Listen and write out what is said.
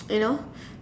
you know